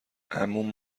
عموم